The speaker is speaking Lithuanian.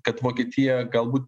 kad vokietija galbūt